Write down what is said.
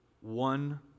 one